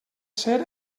ser